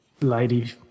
lady